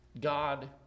god